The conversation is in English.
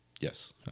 Yes